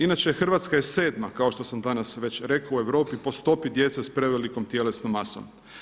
Inače Hrvatska je 7. kao što sam danas već rekao u Europi, po stopi djece s prevelikom tjelesnom masom.